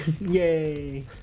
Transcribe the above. Yay